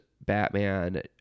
Batman